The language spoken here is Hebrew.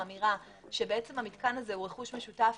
האמירה שהמתקן הזה הוא רכוש משותף,